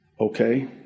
Okay